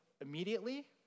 immediately